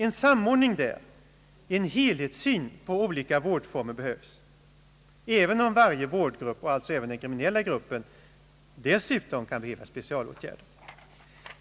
En samordning mellan olika vårdformer och en helhetssyn på olika vårdformer behövs, även om varje vårdgrupp, alltså även den kriminella gruppen, dessutom kräver specialåtgärder.